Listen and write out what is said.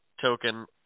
Token